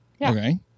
okay